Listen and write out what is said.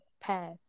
path